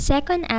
Second